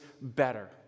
better